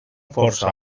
força